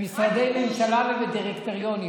במשרדי ממשלה ובדירקטוריונים.